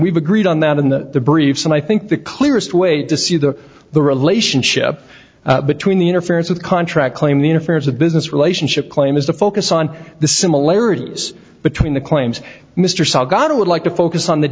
we've agreed on that in the briefs and i think the clearest way to see the the relationship between the interference with contract claim the interference of business relationship claim is the focus on the similarities between the claims mr salgado would like to focus on the